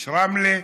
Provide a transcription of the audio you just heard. יש רמלה,